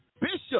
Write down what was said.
Bishop